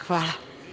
Hvala.